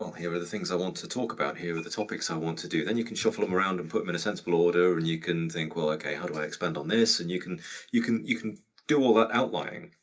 here are the things i want to talk about, here are the topics i want to do. then you can shuffle em around and put em in a sensible order and you can think well, okay how do i expand on this. and you can you can you can do all that outlining.